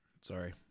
Sorry